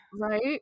right